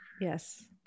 Yes